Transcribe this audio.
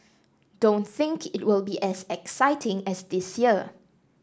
don't think it will be as exciting as this year